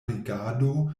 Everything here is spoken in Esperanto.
rigardo